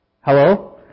Hello